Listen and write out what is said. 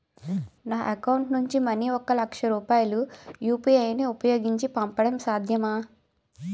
నా అకౌంట్ నుంచి మనీ ఒక లక్ష రూపాయలు యు.పి.ఐ ను ఉపయోగించి పంపడం సాధ్యమా?